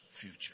future